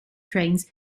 trains